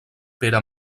pere